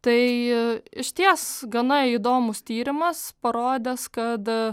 tai išties gana įdomus tyrimas parodęs kad